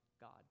God